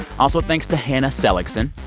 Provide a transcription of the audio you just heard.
also, thanks to hannah seligson.